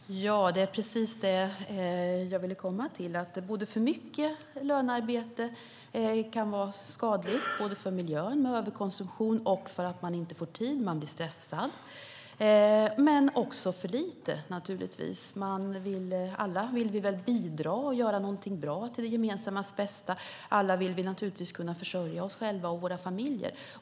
Herr talman! Det är precis det jag ville komma till. För mycket lönearbete kan vara skadligt både för miljön, i och med överkonsumtion, och för människan, för att man inte får tid. Man blir stressad. Men också för lite lönearbete kan naturligtvis vara skadligt. Alla vill vi väl bidra och göra någonting bra för det gemensammas bästa. Alla vill vi naturligtvis kunna försörja oss själva och våra familjer.